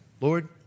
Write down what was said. Lord